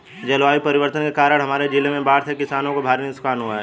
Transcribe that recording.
जलवायु परिवर्तन के कारण हमारे जिले में बाढ़ से किसानों को भारी नुकसान हुआ है